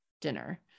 dinner